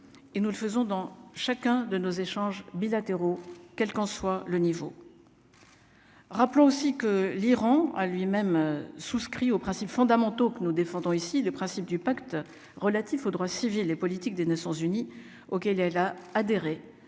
et nous le faisons dans chacun de nos échanges bilatéraux, quel qu'en soit le niveau. Rappelons aussi que l'Iran a lui-même souscrit aux principes fondamentaux que nous défendons ici le principe du Pacte relatif aux droits civils et politiques des Nations-Unies, auquel elle a adhéré